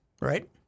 Right